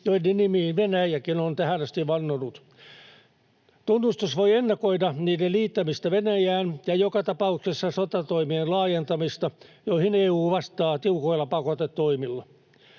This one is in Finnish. joiden nimiin Venäjäkin on tähän asti vannonut. Tunnustus voi ennakoida niiden liittämistä Venäjään ja joka tapauksessa sotatoimien laajentamista, joihin EU vastaa tiukoilla pakotetoimilla.